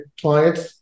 clients